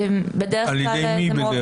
על ידי מי בדרך כלל?